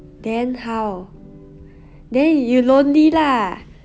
then how then you lonely lah